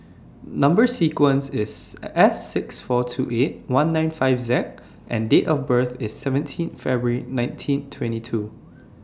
Number sequence IS S six four two eight one nine five Z and Date of birth IS seventeen February nineteen twenty two